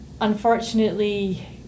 Unfortunately